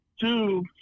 two